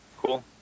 cool